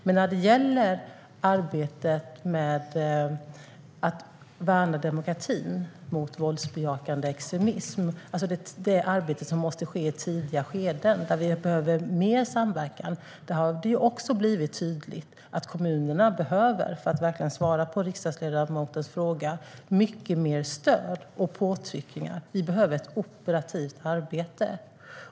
Jag ska tala om arbetet med att värna demokratin mot våldsbejakande extremism, alltså det arbete som måste ske i tidiga skeden och där vi behöver mer samverkan. För att verkligen svara på riksdagsledamotens fråga: Där har det blivit tydligt att kommunerna behöver mycket mer stöd och påtryckningar. Vi behöver ett operativt arbete.